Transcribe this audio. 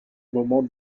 moment